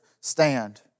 stand